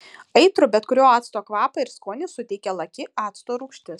aitrų bet kurio acto kvapą ir skonį suteikia laki acto rūgštis